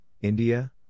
India